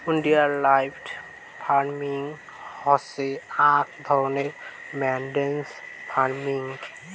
wildlife farming হসে আক ধরণের ম্যানেজড ফার্মিং